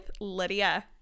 Lydia